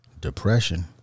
depression